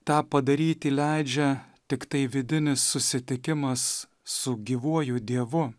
tą padaryti leidžia tiktai vidinis susitikimas su gyvuoju dievu